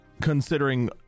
considering